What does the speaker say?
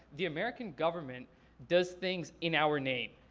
the american government does things in our name.